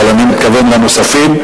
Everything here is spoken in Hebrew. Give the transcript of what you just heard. אבל אני מתכוון לנוספים,